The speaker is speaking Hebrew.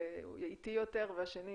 שהוא איטי יותר והשני